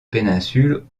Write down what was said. péninsule